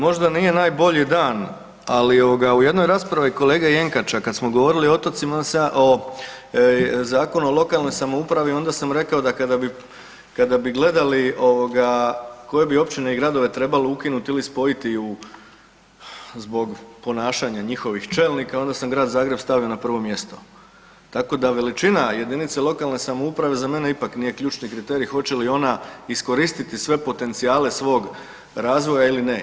Možda nije najbolji dan, ali u jednoj raspravi kolege Jenkača kada smo govorili o Zakonu o lokalnoj samoupravi onda sam rekao da kada bi gledali koje bi općine i gradove trebalo ukinuti ili spojiti zbog ponašanja njihovih čelnika onda sam Grad Zagreb stavio na prvo mjesto, tako da veličina jedinice lokalne samouprave za mene ipak nije ključni kriterij hoće li ona iskoristiti sve potencijale svog razvoja ili ne.